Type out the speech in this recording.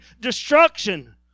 destruction